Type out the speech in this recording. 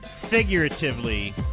Figuratively